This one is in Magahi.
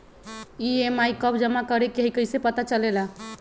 ई.एम.आई कव जमा करेके हई कैसे पता चलेला?